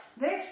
Next